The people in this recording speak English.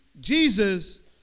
Jesus